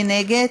מי נגד?